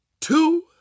two